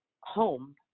home